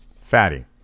Fatty